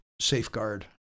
safeguard